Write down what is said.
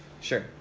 Sure